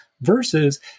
versus